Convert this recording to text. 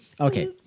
Okay